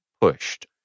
pushed